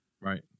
right